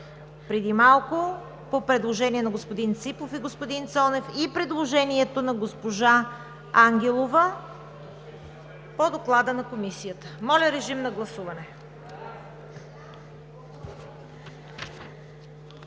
преди малко по предложение на господин Ципов и господин Цонев, и предложението на госпожа Ангелова по Доклада на Комисията. Гласували